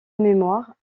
mémoire